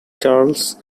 charles